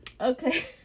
Okay